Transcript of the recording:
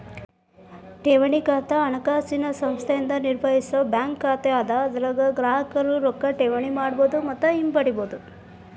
ಠೇವಣಿ ಖಾತಾ ಹಣಕಾಸಿನ ಸಂಸ್ಥೆಯಿಂದ ನಿರ್ವಹಿಸೋ ಬ್ಯಾಂಕ್ ಖಾತಾ ಅದ ಇದರಾಗ ಗ್ರಾಹಕರು ರೊಕ್ಕಾ ಠೇವಣಿ ಮಾಡಬಹುದು ಮತ್ತ ಹಿಂಪಡಿಬಹುದು